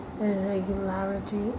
irregularity